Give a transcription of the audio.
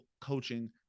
coaching